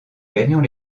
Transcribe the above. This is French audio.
gagnant